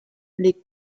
les